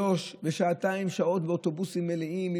שלוש שעות ושעתיים באוטובוסים מלאים,